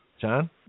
John